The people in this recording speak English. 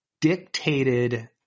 dictated